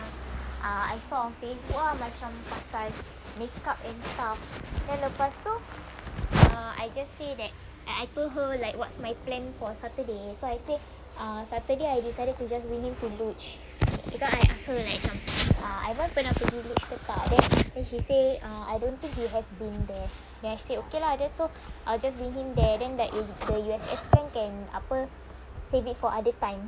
I saw on facebook ah macam pasal makeup and stuff then lepas tu err I just say that like I told her like what's my plan for saturday so I say ah saturday I decided to just bring him to luge because I ask her like macam ah aiman pernah pergi luge ke tak then then she say ah I don't think he have been there then I say okay lah then so I'll just bring him there then like the U_S_S can apa save it for other time